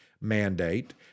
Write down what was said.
mandate